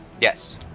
yes